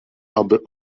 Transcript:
aby